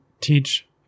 teach